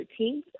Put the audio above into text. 13th